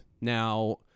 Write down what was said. Now